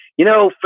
you know,